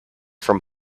from